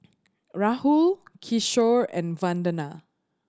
Rahul Kishore and Vandana